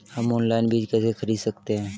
हम ऑनलाइन बीज कैसे खरीद सकते हैं?